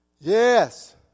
Yes